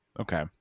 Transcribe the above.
Okay